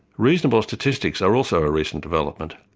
reasonable statistics are also a recent development,